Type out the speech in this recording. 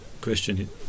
question